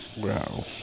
Wow